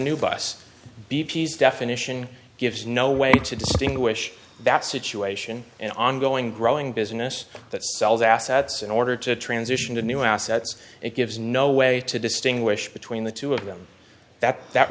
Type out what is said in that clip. new boss b p s definition gives no way to distinguish that situation an ongoing growing business that sells assets in order to transition to new assets it gives no way to distinguish between the two of them that that